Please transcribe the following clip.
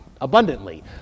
abundantly